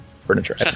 furniture